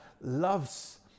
loves